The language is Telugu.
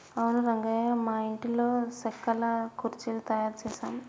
అవును రంగయ్య మా ఇంటిలో సెక్కల కుర్చీలు తయారు చేసాము